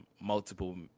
multiple